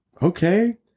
Okay